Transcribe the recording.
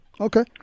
okay